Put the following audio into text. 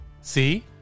See